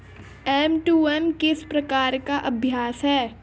M to M किस प्रकार का अभ्यास है?